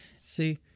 See